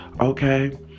Okay